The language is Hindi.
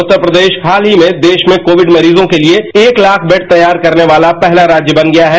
उत्तर प्रदेश हाल ही में देश में कोविड मरीजों के लिए एक ताख बेड तैयार करने वाला पहला राज्य बन गया है